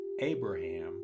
Abraham